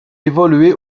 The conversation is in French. évoluait